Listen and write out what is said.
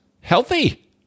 Healthy